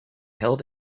held